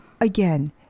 again